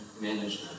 management